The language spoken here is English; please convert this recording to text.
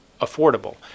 affordable